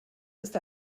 ist